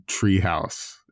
treehouse